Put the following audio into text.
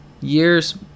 years